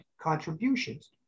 contributions